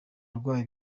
arwaye